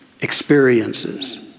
experiences